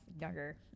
younger